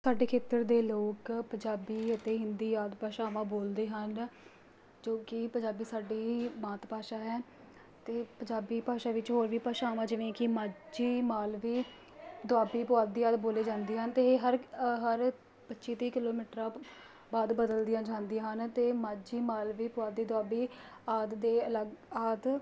ਸਾਡੇ ਖੇਤਰ ਦੇ ਲੋਕ ਪੰਜਾਬੀ ਅਤੇ ਹਿੰਦੀ ਆਦਿ ਭਾਸ਼ਾਵਾਂ ਬੋਲਦੇ ਹਨ ਜੋ ਕਿ ਪੰਜਾਬੀ ਸਾਡੀ ਮਾਤ ਭਾਸ਼ਾ ਹੈ ਅਤੇ ਪੰਜਾਬੀ ਭਾਸ਼ਾ ਵਿੱਚ ਹੋਰ ਵੀ ਭਾਸ਼ਾਵਾਂ ਜਿਵੇਂ ਕਿ ਮਾਝੀ ਮਾਲਵੀ ਦੁਆਬੀ ਪੁਆਧੀ ਆਦਿ ਬੋਲੇ ਜਾਂਦੀਆਂ ਹਨ ਅਤੇ ਇਹ ਹਰ ਹਰ ਪੱਚੀ ਤੀਹ ਕਿਲੋਮੀਟਰ ਬਾਅਦ ਬਦਲਦੀਆਂ ਜਾਂਦੀਆਂ ਹਨ ਅਤੇ ਮਾਝੀ ਮਾਲਵੀ ਪੁਆਧੀ ਦੁਆਬੀ ਆਦਿ ਦੇ ਅਲੱਗ ਆਦਿ